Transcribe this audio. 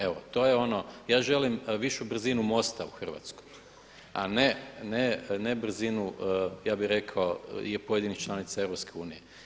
Evo to je ono, ja želim višu brzinu MOST-a u Hrvatskoj, a ne brzinu ja bih rekao pojedinih članica EU.